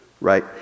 right